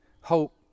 hope